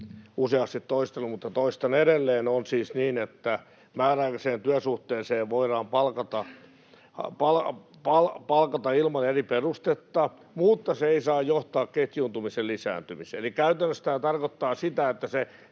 useasti toistanut, mutta toistan edelleen, on siis niin, että määräaikaiseen työsuhteeseen voidaan palkata ilman eri perustetta, mutta se ei saa johtaa ketjuuntumisen lisääntymiseen. Eli käytännössä tämä tarkoittaa sitä, että sen